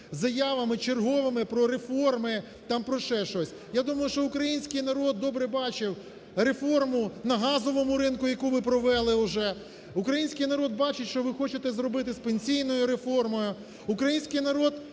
заявами черговими про реформи, там про ще щось. Я думаю, що український народ добре бачив реформу на газовому ринку, яку ви провели уже. Український народ бачить, що ви хочете зробити з пенсійною реформою. Український народ